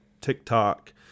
TikTok